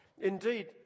Indeed